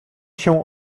się